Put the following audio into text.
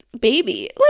baby